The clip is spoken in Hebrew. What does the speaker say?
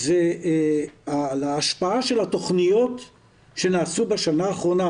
על ההשפעה של התכניות שנעשו בשנה האחרונה,